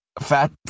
Fat